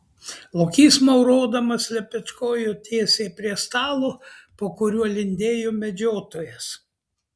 lokys maurodamas lepečkojo tiesiai prie stalo po kuriuo lindėjo medžiotojas